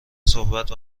صحبت